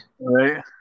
right